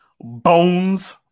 Bones